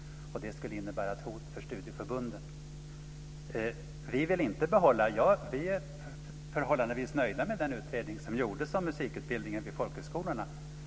Det skulle innebära ett hot för studieförbunden. Vi är förhållandevis nöjda med den utredning som gjordes av musikutbildningen vid folkhögskolorna.